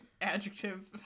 adjective